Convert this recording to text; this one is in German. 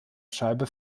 scheibe